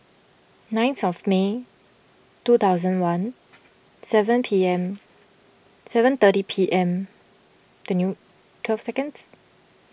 nine May two thousand one seven P M seven thirty P M twelve seconds